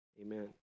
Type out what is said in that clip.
Amen